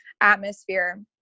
atmosphere